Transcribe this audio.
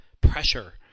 pressure